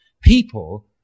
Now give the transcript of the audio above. People